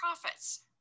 profits